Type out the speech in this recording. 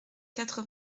quatre